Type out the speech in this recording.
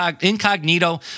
incognito